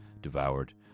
devoured